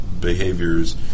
behaviors